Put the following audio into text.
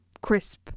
crisp